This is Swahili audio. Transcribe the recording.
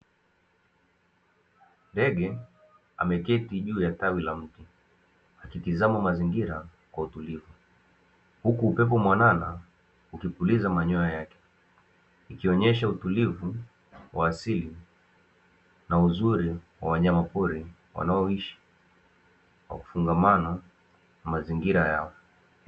Ndege ameketi juu ya tawi la mti akitizama mazingira kwa utulivu huku upepo mwanana ukipulizaa manyoya yake, ikionyesha utulivu wa asili na uzuri wa wanyama wanaoishi kwa kufungamana na mazingira yao.